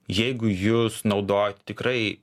jeigu jūs naudojat tikrai